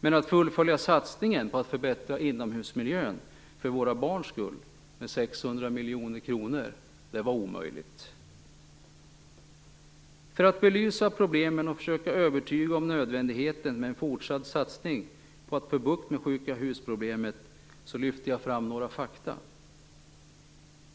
men att fullfölja satsningen på att förbättra inomhusmiljön för våra barns skull med 600 miljoner kronor var omöjligt. För att belysa problemen och försöka övertyga om nödvändigheten med en fortsatt satsning på att få bukt med sjuka-hus-problemet lyfter jag fram några fakta.